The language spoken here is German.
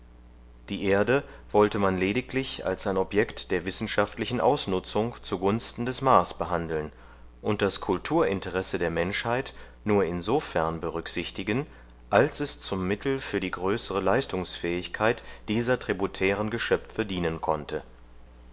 die erde wollte man lediglich als ein objekt der wirtschaftlichen ausnutzung zugunsten des mars behandeln und das kulturinteresse der menschheit nur insofern berücksichtigen als es zum mittel für die größere leistungsfähigkeit dieser tributären geschöpfe dienen konnte